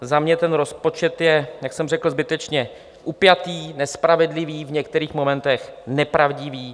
Za mě ten rozpočet je, jak jsem řekl, zbytečně upjatý, nespravedlivý, v některých momentech nepravdivý.